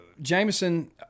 Jameson